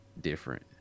different